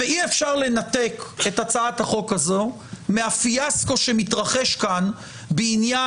ואי אפשר לנתק את הצעת החוק הזו מהפיאסקו שמתרחש כאן בעניין